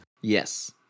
Yes